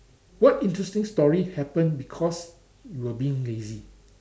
what interesting story happen because you were being lazy